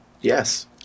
Yes